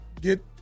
get